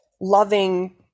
loving